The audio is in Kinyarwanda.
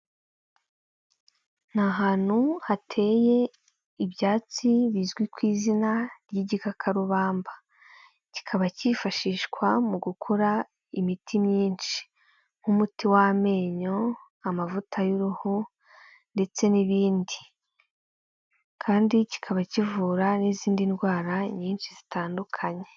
Ni ahantu hateye ibyatsi bizwi ku izina ry'igikakarubamba, kikaba cyifashishwa mu gukora imiti myinshi nk'umuti w'amenyo, amavuta y'uruhu ndetse n'ibindi kandi kikaba kivura n'izindi ndwara nyinshi zitandukanye.